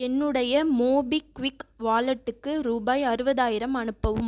என்னுடைய மோபிக்விக் வாலெட்டுக்கு ரூபாய் அறுபதாயிரம் அனுப்பவும்